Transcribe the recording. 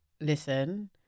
Listen